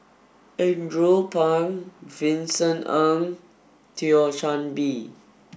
Andrew Phang Vincent Ng and Thio Chan Bee